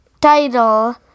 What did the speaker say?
title